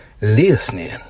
listening